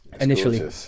initially